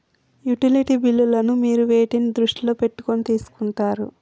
Utility బిల్లులను మీరు వేటిని దృష్టిలో పెట్టుకొని తీసుకుంటారు?